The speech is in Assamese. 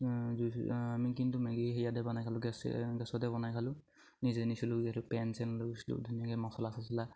আমি কিন্তু মেগী হেৰিয়াতে বনাই খালোঁ গেছে গেছতে বনাই খালোঁ নিজে নিছিলোঁ ইয়াত পেন চেন লৈ গৈছিলোঁ ধুনীয়াকে মছলা চচলা